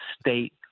state